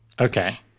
Okay